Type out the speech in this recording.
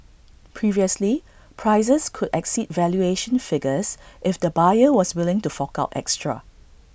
previously prices could exceed valuation figures if the buyer was willing to fork out extra